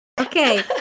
Okay